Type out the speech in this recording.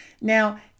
Now